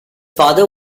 father